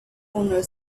owner